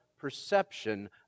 perception